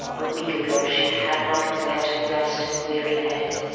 a week ago she had not where to rest her weary head.